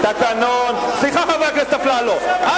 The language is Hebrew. חבר הכנסת אפללו, סליחה.